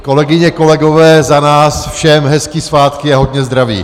Kolegyně, kolegové, za nás všem hezké svátky a hodně zdraví.